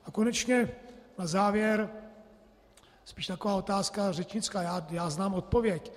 A konečně na závěr spíš taková otázka řečnická já znám odpověď.